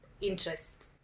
interest